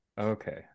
Okay